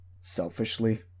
Selfishly